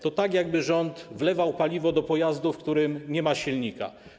To tak, jakby rząd wlewał paliwo do pojazdu, w którym nie ma silnika.